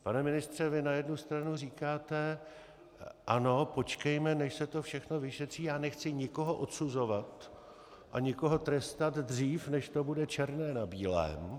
Pane ministře, vy na jednu stranu říkáte ano, počkejme, než se to všechno vyšetří, já nechci nikoho odsuzovat a nikoho trestat dřív, než to bude černé na bílém.